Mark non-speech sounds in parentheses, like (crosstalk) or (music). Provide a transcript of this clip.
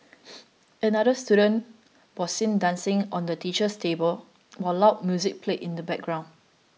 (noise) another student was seen dancing on the teacher's table while loud music played in the background